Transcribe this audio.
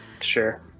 Sure